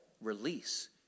Release